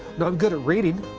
i'm good at reading.